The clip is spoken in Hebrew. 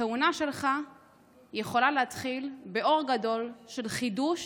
הכהונה שלך יכולה להתחיל באור גדול של חידוש